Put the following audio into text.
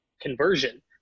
conversion